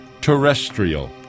terrestrial